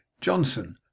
johnson